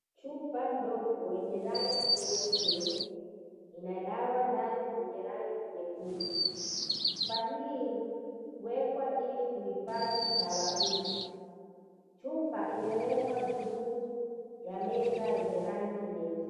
Chupa ndogo yenye rangi nyeupe ina dawa ndani zenye rangi nyekundu. Chupa hii huwekwa ili kuhifadhi dawa hizi. Chupa imewekwa juu ya meza yenye rangi nyeusi.